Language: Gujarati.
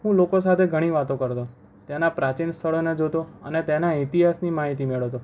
હું લોકો સાથે ઘણી વાતો કરતો ત્યાંનાં પ્રાથમિક સ્થળોને જોતો અને તેના ઇતિહાસની માહિતી મેળવતો